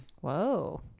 Whoa